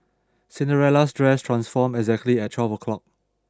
Cinderella's dress transformed exactly at twelve o' clock